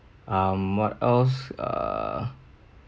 um what else err